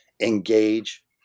engage